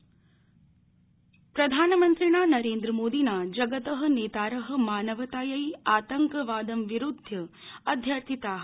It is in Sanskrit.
प्रधानमंत्री प्रधानमिन्त्रणा नरेन्द्रमोदिना जगत नेतार मानवतायै आतंकवादं विरुध्य अध्यार्थिता